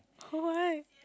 !huh! why